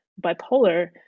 bipolar